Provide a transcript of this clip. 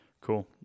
Cool